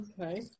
Okay